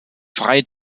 frei